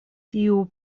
tiu